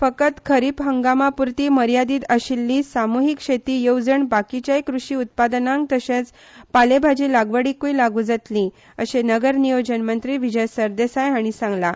फकत खरीप हंगामा पुरती मर्यादीत आशिल्ली सामुहीक शेती येवजण हेर कृशी उत्पादनांक तशेंच पालेभाजी लागवडीकय लागू जातली अशें शेती मंत्री विजय सरदेसाय हांणी सांगलां